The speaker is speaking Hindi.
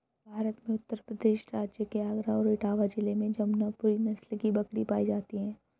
भारत में उत्तर प्रदेश राज्य के आगरा और इटावा जिले में जमुनापुरी नस्ल की बकरी पाई जाती है